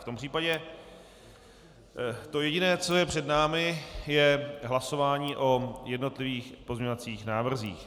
V tom případě to jediné, co je před námi, je hlasování o jednotlivých pozměňovacích návrzích.